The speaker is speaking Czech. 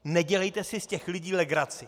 Nedělejte si z těch lidí legraci.